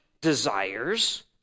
desires